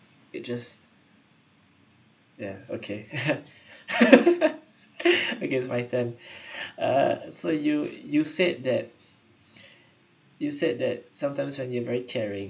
it just yeah okay okay it's my turn ah so you you said that you said that sometimes when you're very caring